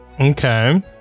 Okay